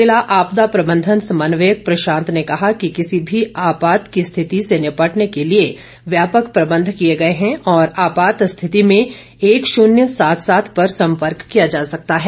जिला आपदा प्रबंधन समन्वयक प्रशांत ने कहा कि किसी भी आपात स्थिति से निपटने लिए व्यापक प्रबंध किए गए हैं और आपात की स्थिति में एक शून्य सात सात पर संपर्क किया जा सकता है